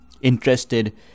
interested